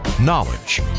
knowledge